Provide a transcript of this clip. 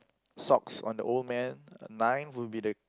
socks on the old man ninth would be the